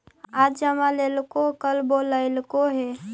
आज जमा लेलको कल बोलैलको हे?